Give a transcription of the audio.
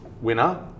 winner